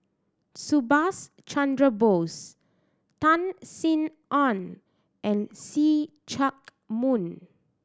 Subhas Chandra Bose Tan Sin Aun and See Chak Mun